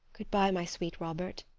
good-by, my sweet robert.